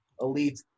elite